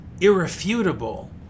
irrefutable